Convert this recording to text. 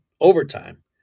overtime